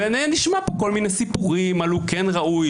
ונשמע פה כל מיני סיפורים הוא כן ראוי,